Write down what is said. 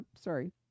Sorry